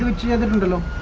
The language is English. ah gm and